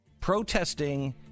protesting